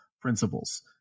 principles